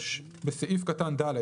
- (3)בסעיף קטן (ד),